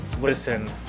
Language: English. Listen